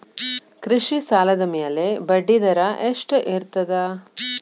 ಕೃಷಿ ಸಾಲದ ಮ್ಯಾಲೆ ಬಡ್ಡಿದರಾ ಎಷ್ಟ ಇರ್ತದ?